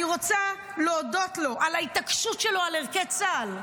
אני רוצה להודות לו על ההתעקשות שלו על ערכי צה"ל,